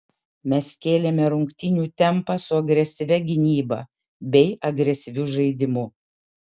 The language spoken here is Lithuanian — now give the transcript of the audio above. mes kėlėme rungtynių tempą su agresyvia gynyba bei agresyviu žaidimu